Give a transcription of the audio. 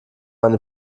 eine